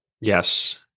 Yes